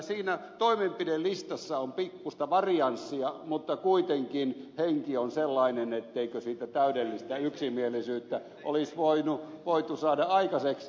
siinä toimenpidelistassa on pikkuista varianssia mutta kuitenkaan henki ei ole sellainen etteikö siitä täydellistä yksimielisyyttä olisi voitu saada aikaiseksi